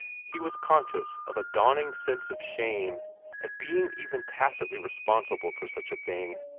he was conscious of a dawning sense of shame at being even tacitly responsible for such a thing.